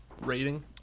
rating